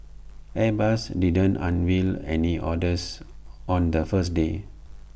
airbus didn't unveil any orders on the first day